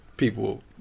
People